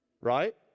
right